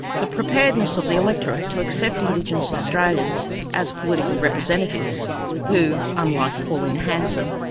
the preparedness of the electorate to accept indigenous australians as political representatives who, unlike pauline hanson,